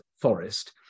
forest